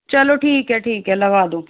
चलो ठीक है ठीक है लगा दो